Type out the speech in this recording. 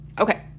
Okay